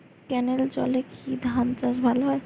ক্যেনেলের জলে কি ধানচাষ ভালো হয়?